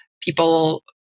people